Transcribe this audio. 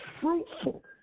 fruitful